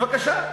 בבקשה,